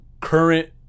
current